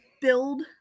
build